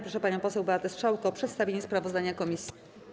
Proszę panią poseł Beatę Strzałkę o przedstawienie sprawozdania komisji.